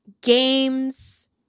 games